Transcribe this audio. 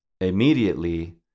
immediately